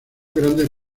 grandes